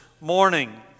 morning